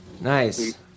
nice